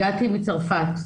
הגעתי מצרפת,